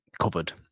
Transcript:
covered